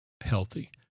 healthy